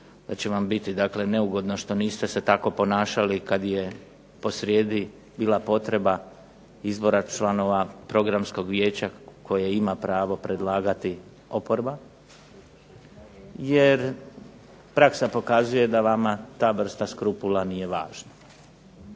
da će vam biti neugodno što niste se tako ponašali kada je posrijedi bila potreba izbora članova Programskog vijeća koje ima pravo predlagati oporba, jer praksa pokazuje da vama ta vrsta skrupula nije važna.